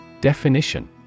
Definition